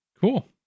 Cool